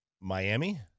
Miami